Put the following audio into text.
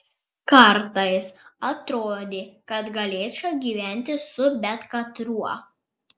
kartais atrodė kad galėčiau gyventi su bet katruo